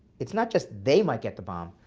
it's not just they might get the bomb,